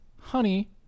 honey